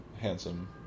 handsome